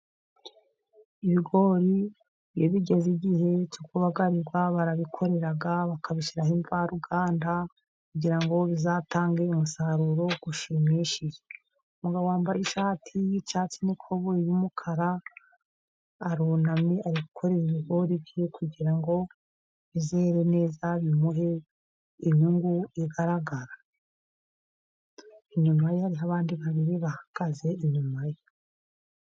Ibigori iyo bigeze igihe cyo kubagarirwa barabikorera bakabishyiraho imvaruganda, kugira ngo bizatange umusaruro ushimishije. umugabo wambaye ishati y'icyatsi n'ikoboyi y'umukara arunamye ari gukorera ibigori bye kugira ngo bizere neza bimuhe inyungu igaragara, inyuma ye hariho abandi babiri bahagaze inyuma ye.